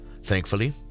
Thankfully